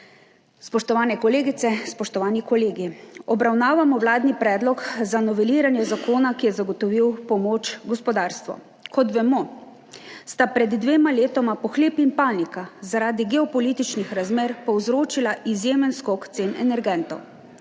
Spoštovane kolegice, spoštovani kolegi! Obravnavamo vladni predlog za noveliranje zakona, ki je zagotovil pomoč gospodarstvu. Kot vemo, sta pred dvema letoma pohlep in panika zaradi geopolitičnih razmer povzročila izjemen skok cen energentov.